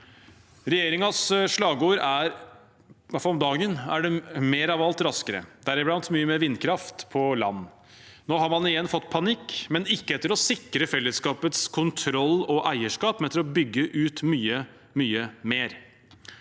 Regjeringens slagord – hvert fall nå om dagen – er «Mer av alt – raskere», deriblant mye mer vindkraft på land. Nå har man igjen fått panikk – ikke etter å sikre fellesskapets kontroll og eierskap, men etter å bygge ut mye, mye mer.